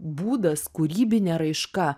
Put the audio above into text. būdas kūrybinė raiška